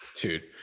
Dude